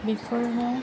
बेफोरनो